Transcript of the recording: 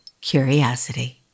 curiosity